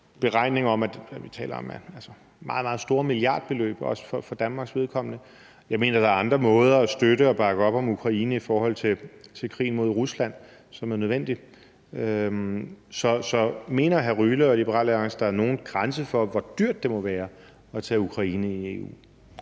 at vi taler om meget, meget store milliardbeløb, også for Danmarks vedkommende. Jeg mener, der er andre måder at støtte og bakke op om Ukraine i forhold til krigen mod Rusland, som er nødvendig. Så mener hr. Alexander Ryle og Liberal Alliance, der er nogen grænse for, hvor dyrt det må være at optage Ukraine i EU?